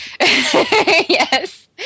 Yes